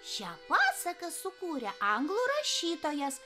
šią pasaką sukūrė anglų rašytojas